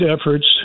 efforts